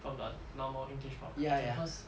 from the normal english pop cause